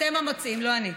אתם המציעים, לא אני.